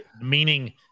meaning